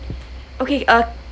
okay uh